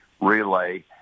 relay